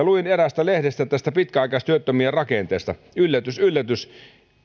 luin eräästä lehdestä pitkäaikaistyöttömyyden rakenteesta yllätys yllätys